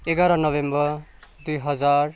एघार नोभेम्बर दुई हजार